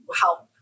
help